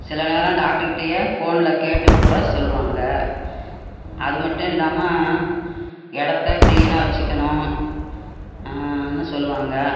சில நேர டாக்டர்கிட்டையே ஃபோனில் கேட்டுங்கூட சொல்லுவாங்க அது மட்டும் இல்லாமல் இடத்த க்ளீனாக வச்சிக்கணும் னு சொல்லுவாங்க